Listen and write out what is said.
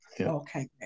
Okay